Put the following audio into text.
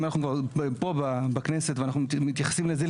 אם אנחנו כבר פה בכנסת ואנחנו מתייחסים לזה,